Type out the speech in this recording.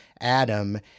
Adam